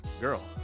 girl